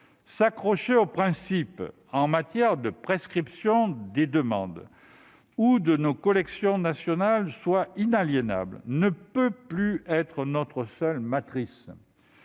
S'accrocher aux principes en matière de prescription des demandes ou à l'idée que nos collections nationales sont inaliénables ne peut plus être notre seule matrice.